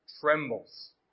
trembles